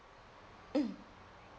mm